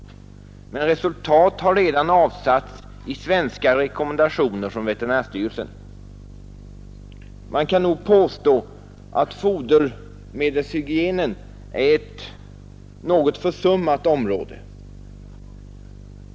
Men resultat har redan avsatts i rekommendationer från veterinärstyrelsen. Man kan nog påstå att fodermedelshygienen är ett försummat område.